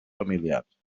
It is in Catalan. familiars